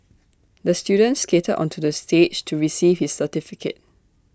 the student skated onto the stage to receive his certificate